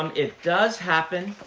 um it does happen.